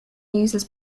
uses